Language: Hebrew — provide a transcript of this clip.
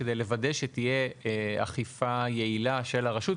כדי לוודא שתהיה אכיפה יעילה של הרשות,